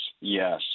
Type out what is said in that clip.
yes